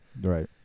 Right